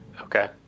Okay